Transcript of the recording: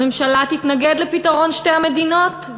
הממשלה תתנגד לפתרון שתי המדינות,